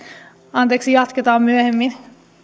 anteeksi jatketaan myöhemmin